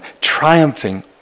triumphing